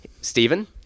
Stephen